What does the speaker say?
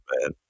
man